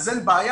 אז אין בעיה,